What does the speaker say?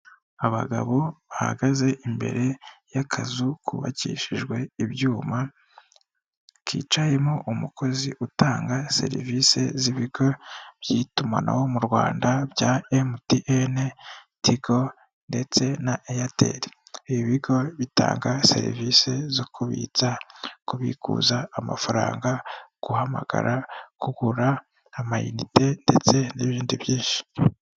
Abagabo bahagaze imbere y'akazu kubakishijwe ibyuma, kicayemo umukozi utanga serivisi z'ibigo by'itumanaho mu Rwanda bya emutiyene, tigo ndetse na eyateri, ibigo bitanga serivisi zo kubitsa kubikuza amafaranga guhamagara kugura amayinite ndetse n'ibindi byinshi.